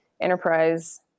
enterprise